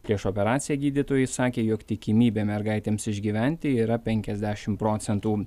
prieš operaciją gydytojai sakė jog tikimybė mergaitėms išgyventi yra penkiasdešim procentų